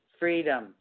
freedom